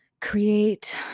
create